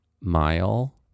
Mile